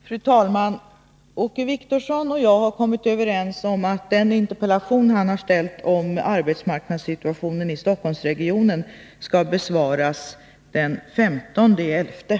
Fru talman! Åke Wictorsson och jag har kommit överens om att den interpellation som han har ställt om arbetsmarknadssituationen i Stockholmsregionen skall besvaras den 15 november.